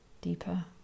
Deeper